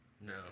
No